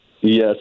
Yes